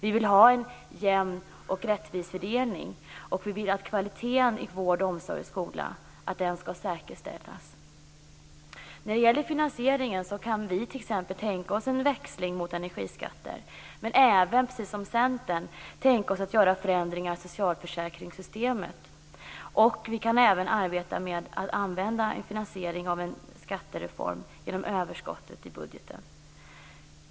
Vi vill ha en jämn och rättvis fördelning, och vi vill att kvaliteten i vård, omsorg och skola skall säkerställas. När det gäller finansieringen kan vi t.ex. tänka oss en växling mot energiskatter. Men vi kan även, precis som Centern, tänka oss att göra förändringar i socialförsäkringssystemet. Vi kan även arbeta för att finansiera en skattereform genom överskottet i budgeten.